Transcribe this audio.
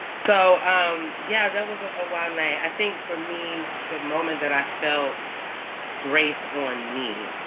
so um yeah. that was a wild night. i think for me, the moment that i felt grace on me,